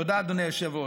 תודה, אדוני היושב-ראש.